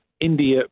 India